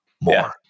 more